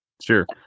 Sure